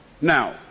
Now